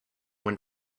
went